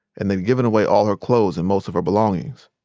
and they'd given away all her clothes and most of her belongings.